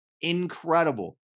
incredible